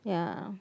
yeah